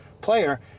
player